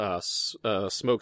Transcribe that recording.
Smokes